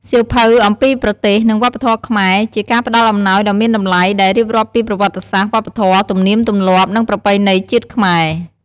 សៀវភៅអំពីប្រទេស និងវប្បធម៌ខ្មែរ ជាការផ្តល់អំណោយដ៏មានតម្លៃ ដែលរៀបរាប់ពីប្រវត្តិសាស្ត្រ វប្បធម៌ ទំនៀមទម្លាប់ និងប្រពៃណីជាតិខ្មែរ។